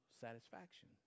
satisfaction